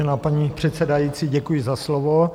Vážená paní předsedající, děkuji za slovo.